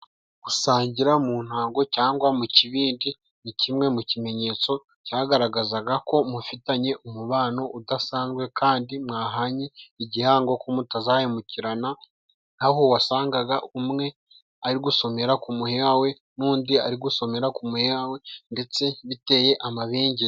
Gusangira mu ntango cyangwa mu kibindi ni kimwe mu kimenyetso cyagaragazaga ko mufitanye umubano udasanzwe, kandi mwahanye igihango ko mutazahemukirana, aho wasangaga umwe ari gusomera ku muheha we, n'undi ari gusomera ku muheha we ndetse biteye amabengeza.